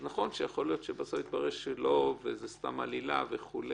נכון שבסוף יכול להסתבר שזה לא נכון וזו סתם עלילה וכו'